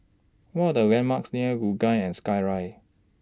What Are The landmarks near Luge and Skyride